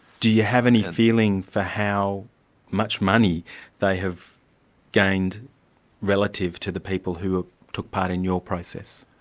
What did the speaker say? do you have any feeling for how much money they have gained relative to the people who ah took part in your process?